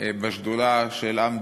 השדולה "עם,